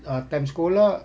err time sekolah